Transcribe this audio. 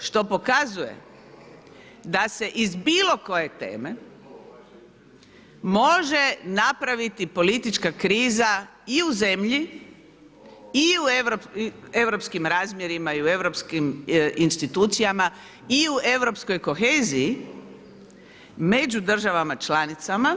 Što pokazuje da se iz bilo koje teme može napraviti politička kriza i u zemlji i u europskim razmjerima i u europskim institucijama i u europskoj koheziji među državama članicama,